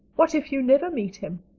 what if you never meet him?